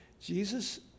Jesus